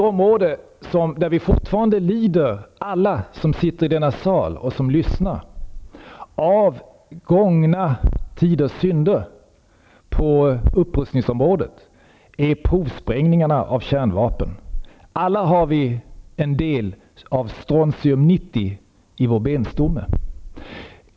Något som vi alla som sitter i denna sal och som lyssnar lider av när det gäller gångna tiders synder på upprustningsområdet är provsprängningarna av kärnvapen. Alla har vi en del av strontium 90 i vår benstomme.